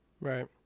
Right